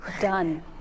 Done